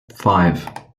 five